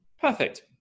Perfect